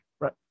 right